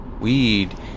weed